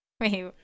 Wait